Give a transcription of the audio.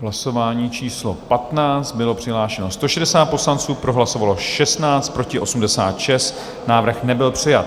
Hlasování číslo 15, bylo přihlášeno 160 poslanců, pro hlasovalo 16, proti 86, návrh nebyl přijat.